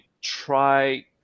try